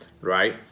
right